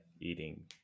eating